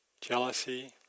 jealousy